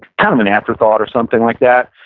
kind of an afterthought or something like that.